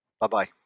Bye-bye